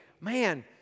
man